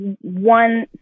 one